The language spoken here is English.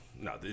no